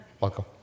Welcome